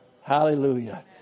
Hallelujah